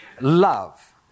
love